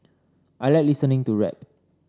I like listening to rap